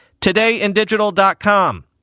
todayindigital.com